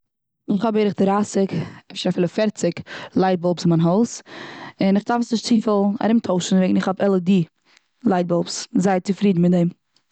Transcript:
איך האב בערך דרייסיג, אפשר אפילו פערציג, לייט באלבס און מיין הויז. און כ'דארף עס נישט צופיל ארום טוישן ווייל איך האב על אי די לייט באלבס. כ'בין זייער צופרידן מיט דעם.